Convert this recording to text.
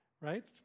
right